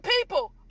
people